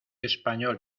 español